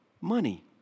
money